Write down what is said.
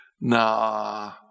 Nah